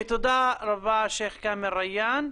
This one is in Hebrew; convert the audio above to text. תודה רבה, שייח כמאל ריאן.